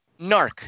Narc